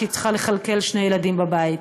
שהיא צריכה לכלכל שני ילדים בבית.